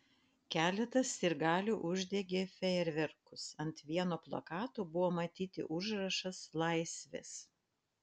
keletas sirgalių uždegė fejerverkus ant vieno plakato buvo matyti užrašas laisvės